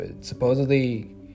Supposedly